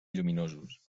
lluminosos